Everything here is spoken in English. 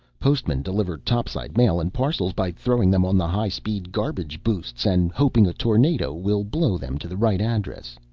postmen deliver topside mail and parcels by throwing them on the high-speed garbage boosts and hoping a tornado will blow them to the right addresses.